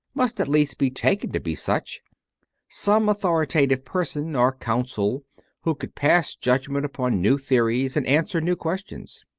must at least be taken to be such some authoritative person or council who could pass judgment upon new theories and answer new questions.